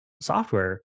software